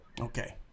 Okay